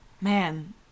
man